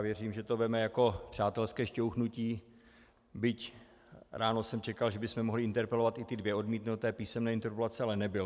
Věřím, že to vezme jako přátelské šťouchnutí, byť ráno jsem čekal, že bychom mohli interpelovat i ty dvě odmítnuté písemné interpelace, ale nebyl.